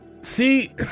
See